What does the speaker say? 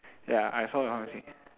ya I saw the pharmacy